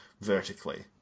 vertically